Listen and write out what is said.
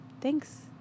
Thanks